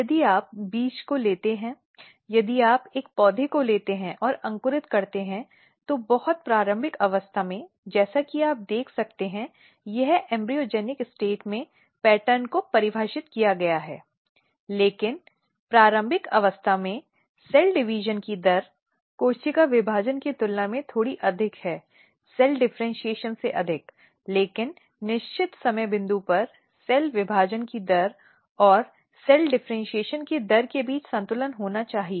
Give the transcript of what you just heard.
यदि आप बीज को लेते हैं यदि आप एक पौधे को लेते हैं और अंकुरित करते हैं तो बहुत प्रारंभिक अवस्था में जैसा कि आप देख सकते हैं यह भ्रूणजनक अवस्था में पैटर्न को परिभाषित किया गया है लेकिन प्रारंभिक अवस्था में कोशिका विभाजन की दर कोशिका विभाजन की तुलना में थोड़ी अधिक है सेल डिफरेन्शीऐशन से अधिक लेकिन निश्चित समय बिंदु पर सेल विभाजन की दर और सेल डिफरेन्शीऐशन की दर के बीच संतुलन होना चाहिए